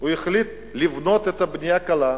הוא החליט לבנות את הבנייה הקלה.